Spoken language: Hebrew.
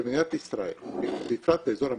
במדינת ישראל, בפרט באזור המרכז,